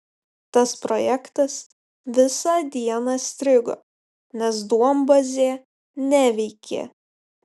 tas projektas visą dieną strigo nes duombazė neveikė